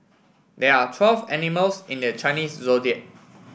there are twelve animals in the Chinese Zodiac